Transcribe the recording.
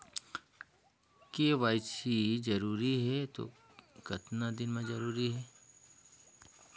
KYC जरूरी हे तो कतना दिन मे जरूरी है?